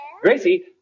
Gracie